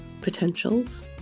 potentials